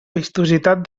vistositat